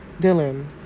Dylan